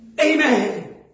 Amen